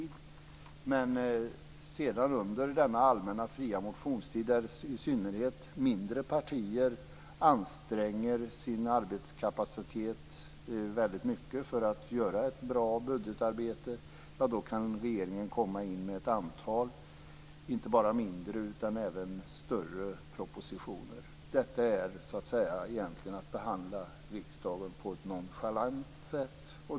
Sedan kan dock regeringen under denna allmänna och fria motionstid, där i synnerhet mindre partier anstränger sin arbetskapacitet väldigt mycket för att göra ett bra budgetarbete, komma med ett antal inte bara mindre utan även större propositioner. Detta är egentligen att behandla riksdagen på ett nonchalant sätt.